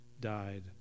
died